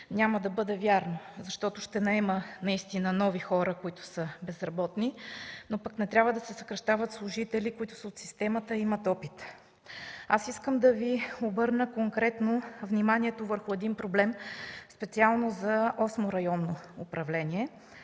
няма да бъде вярно, защото ще наема нови хора, които са безработни, но не трябва да се съкращават служители, които са от системата и имат опит. Искам да Ви обърна вниманието конкретно върху един проблем, специално за Осмо районно управление.